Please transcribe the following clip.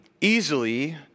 easily